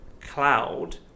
cloud